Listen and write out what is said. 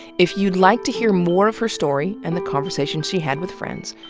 if you would like to hear more of her story and the conversations she had with friends,